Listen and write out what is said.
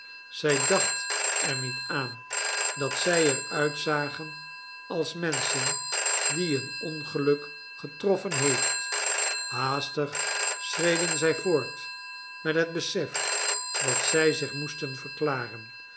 zij dacht er niet aan dat zij er uitzagen als menschen die een ongeluk getroffen heeft haastig schreden zij voort met het besef dat zij zich moesten verklaren